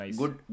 good